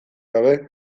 gabe